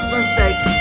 Mistakes